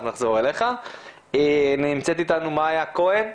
נמצאת אתנו מאיה כהן.